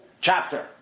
chapter